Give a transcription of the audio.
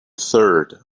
third